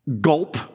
Gulp